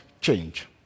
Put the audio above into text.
change